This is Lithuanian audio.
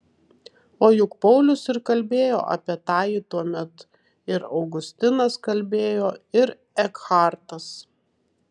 o juk paulius ir kalbėjo apie tąjį tuomet ir augustinas kalbėjo ir ekhartas